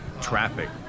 traffic